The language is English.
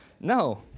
no